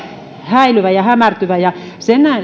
häilyvä ja hämärtyvä sen